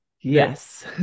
yes